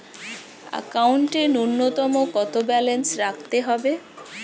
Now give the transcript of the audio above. একাউন্টে নূন্যতম কত ব্যালেন্স রাখতে হবে?